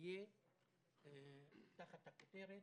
תהיה תחת הכותרת: